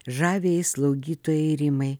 žaviajai slaugytojai rimai